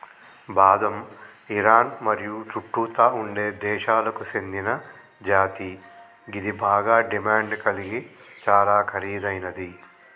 బాదం ఇరాన్ మరియు చుట్టుతా ఉండే దేశాలకు సేందిన జాతి గిది బాగ డిమాండ్ గలిగి చాలా ఖరీదైనది